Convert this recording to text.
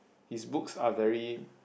his books are very